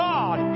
God